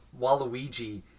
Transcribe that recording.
Waluigi